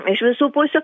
iš visų pusių